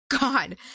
God